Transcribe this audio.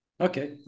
okay